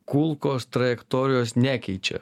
kulkos trajektorijos nekeičia